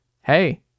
hey